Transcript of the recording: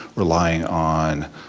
relying on